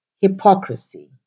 hypocrisy